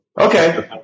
Okay